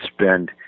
spend